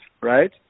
right